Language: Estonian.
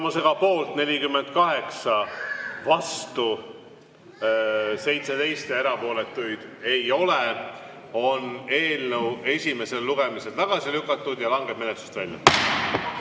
Tulemusega poolt 48, vastu 17, erapooletuid ei ole, on eelnõu esimesel lugemisel tagasi lükatud ja langeb menetlusest välja.